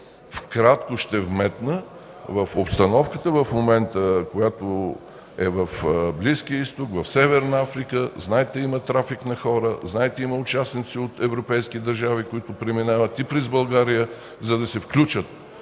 накратко ще вметна за обстановката в момента в Близкия Изток, в Северна Африка. Знаете, че има трафик на хора. Знаете, че има участници от европейски държави, които преминават и през България, за да се включат